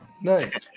Nice